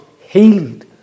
healed